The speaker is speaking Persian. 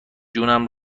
جونم